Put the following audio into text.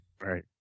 Right